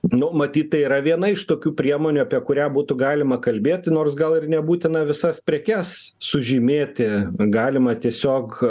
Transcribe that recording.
nu matyt tai yra viena iš tokių priemonių apie kurią būtų galima kalbėti nors gal ir nebūtina visas prekes sužymėti galima tiesiog